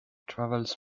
travels